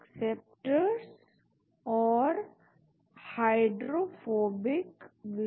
प्रारंभ में यह देखा गया कि आपको दो एराईल ग्रुप या बेंजीन ग्रुप और एक हाइड्रोजन बॉन्ड डोनर या एक्सेप्टर की जरूरत है